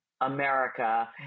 America